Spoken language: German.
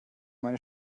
meine